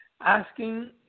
Asking